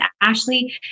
Ashley